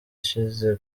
ishize